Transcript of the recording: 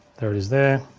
there it is there,